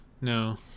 No